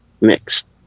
mixed